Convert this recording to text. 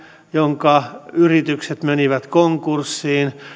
jonka yritykset menivät konkurssiin